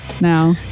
now